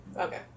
Okay